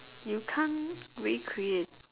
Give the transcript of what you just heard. you can't recreate